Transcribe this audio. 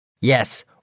Yes